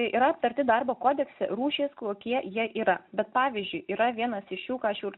yra aptarti darbo kodekse rūšys kokie jie yra bet pavyzdžiui yra vienas iš jų ką aš jau